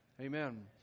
Amen